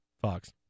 Fox